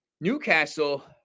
Newcastle